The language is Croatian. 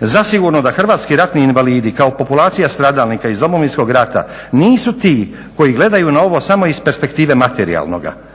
"Zasigurno da hrvatski ratni invalidi kao populacija stradalnika iz Domovinskog rata nisu ti koji gledaju na ovo samo iz perspektive materijalnoga